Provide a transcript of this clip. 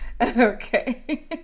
Okay